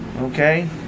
okay